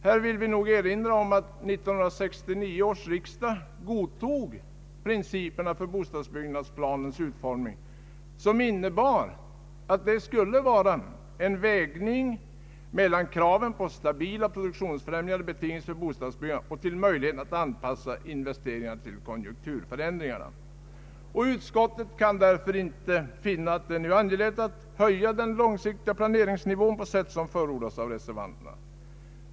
Här vill jag erinra om att 1969 års riksdag godtog principerna för bostadsbyggnadsplanens utformning, som innebar att det skulle bli en vägning mellan kraven på stabila och produktionsfrämjande betingelser för bostadsbyggandet och möjligheterna att anpassa investeringarna till konjunkturförändringarna. Utskottet kan därför inte finna att det nu är angeläget att höja den långsiktiga planeringsnivån på sätt som förordas av reservanterna.